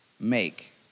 make